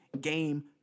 game